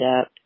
up